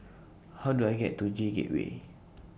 How Do I get to J Gateway